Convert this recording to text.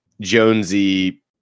Jonesy